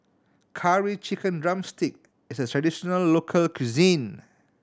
Curry Chicken drumstick is a traditional local cuisine